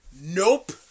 Nope